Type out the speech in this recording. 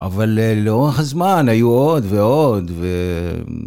אבל לא הזמן, היו עוד ועוד ו...